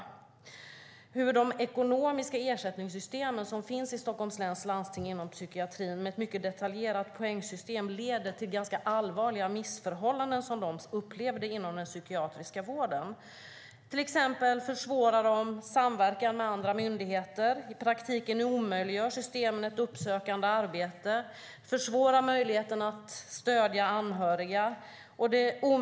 Som de upplever det leder de ekonomiska ersättningssystem som finns för psykiatrin inom Stockholms läns landsting, med ett mycket detaljerat poängsystem, till ganska allvarliga missförhållanden inom den psykiatriska vården. Till exempel försvårar det samverkan med andra myndigheter. I praktiken omöjliggör systemet uppsökande arbete. Det försvårar möjligheten att stödja anhöriga.